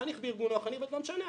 חניך בארגון או בתנועת נוער זה לא משנה,